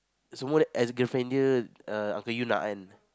so err